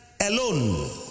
alone